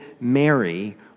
Mary